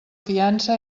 fiança